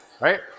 right